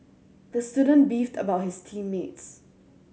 the student beefed about his team mates